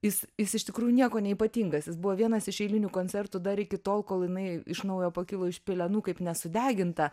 jis jis iš tikrųjų niekuo neypatingas jis buvo vienas iš eilinių koncertų dar iki tol kol jinai iš naujo pakilo iš pelenų kaip nesudeginta